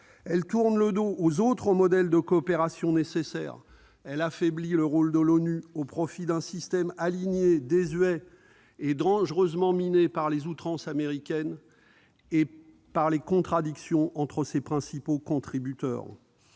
Elle tourne le dos aux autres modèles de coopération nécessaires. Elle affaiblit le rôle de l'ONU au profit d'un système aligné, désuet et dangereusement miné par outrances américaines et par les contradictions entre ses principaux contributeurs.